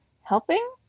Helping